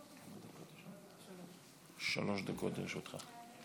שלוש דקות לרשותך.